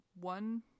one